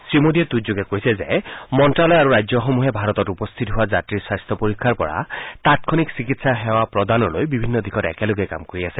শ্ৰীমোডীয়ে টুইটযোগে কৈছে যে মন্ত্যালয় আৰু ৰাজ্যসমূহে ভাৰতত উপস্থিত হোৱা যাত্ৰীৰ স্বাস্থ্য পৰীক্ষাৰ পৰা তাংক্ষণিক চিকিৎসা সেৱা প্ৰদানলৈ বিভিন্ন দিশত একেলগে কাম কৰি আছে